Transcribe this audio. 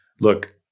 look